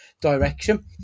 direction